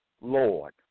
Lord